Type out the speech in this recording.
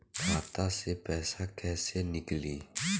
खाता से पैसा कैसे नीकली?